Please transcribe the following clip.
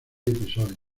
episodios